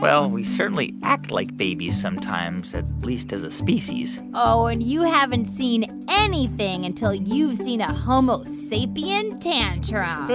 well, we certainly act like babies sometimes at least, as a species oh, and you haven't seen anything until you've seen a homo sapien tantrum